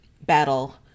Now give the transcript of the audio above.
battle